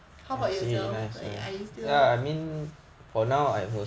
how about yourself like are you still